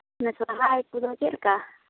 ᱥᱚᱦᱚᱨᱟᱭ ᱠᱚᱫᱚ ᱪᱮᱫ ᱞᱮᱠᱟ